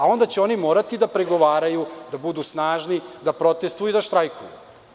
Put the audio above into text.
Onda će oni morati da pregovaraju, da budu snažni, da protestvuju i da štrajkuju.